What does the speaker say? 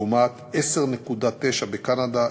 לעומת 10.9 בקנדה,